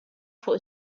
fuq